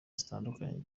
zitandukanye